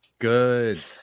Good